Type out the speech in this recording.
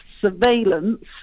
surveillance